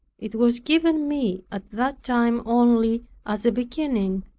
it was given me at that time only as a beginning,